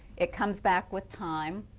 it comes back with time.